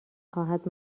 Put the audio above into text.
خواهد